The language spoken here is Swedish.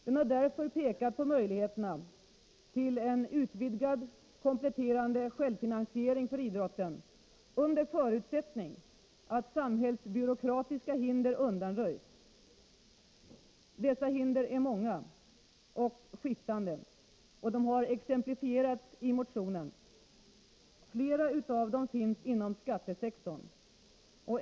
Vi har därför pekat på möjligheterna till en utvidgad, kompletterande självfinansiering för idrotten under förutsättning att samhällsbyråkratiska hinder undanröjs. Dessa hinder är många och skiftande och har exemplifierats i motionen. Flera av dem finns inom skattesektorn.